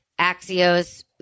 Axios